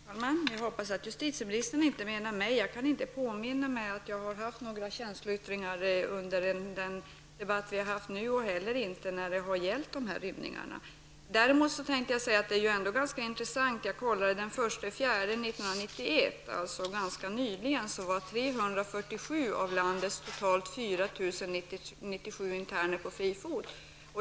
Herr talman! Jag hoppas att justitieministern inte menar mig. Jag kan inte erinra mig om att jag har haft några känsloyttringar i vare sig den debatt vi har nu eller har haft tidigare när det gällt dessa rymningar. Jag kan däremot berätta -- det är ganska intressant -- att den 1 april 1991, dvs. ganska nyligen, var 347 av landets totalt 4 097 interner på fri fot.